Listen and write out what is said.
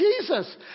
Jesus